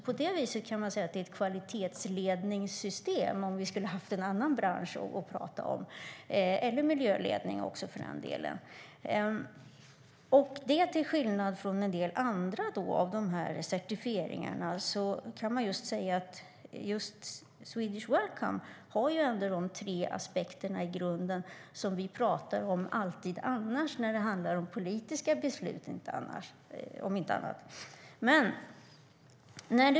På det viset kan man säga, om vi hade pratat om en annan bransch, att det är ett kvalitetsledningssystem eller för den delen miljöledningssystem. Till skillnad från en del andra av de här certifieringarna kan man säga att Swedish Welcome i grunden har de tre aspekter som vi pratar om alltid annars när det handlar om politiska beslut, om inte annat.